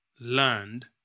learned